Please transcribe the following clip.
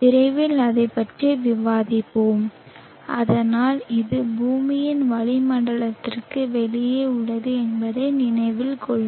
விரைவில் அதைப் பற்றி விவாதிப்போம் ஆனால் இது பூமியின் வளிமண்டலத்திற்கு வெளியே உள்ளது என்பதை நினைவில் கொள்ளுங்கள்